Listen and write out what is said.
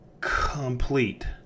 complete